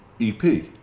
EP